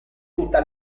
tutta